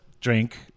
drink